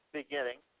beginning